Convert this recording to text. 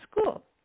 school